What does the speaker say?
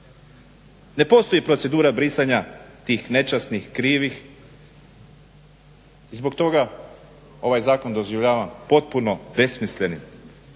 Ne postoji procedura brisanja tih nečasnih, krivih. Zbog toga ovaj zakon doživljavam potpuno besmislenim,